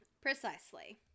Precisely